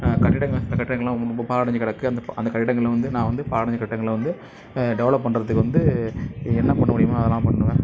அந்த கட்டிடங்கள் கட்டிடங்கள்லாம் ரொம்ப பாழடைஞ்சு கிடக்கு அந்த கட்டிடங்களை வந்து நான் வந்து பாலடைஞ்ச கட்டிடங்களை வந்து டெவலப் பண்ணுறதுக்கு வந்து என்ன பண்ண முடியுமோ அதை நான் பண்ணுவேன்